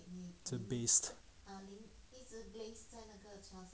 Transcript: baste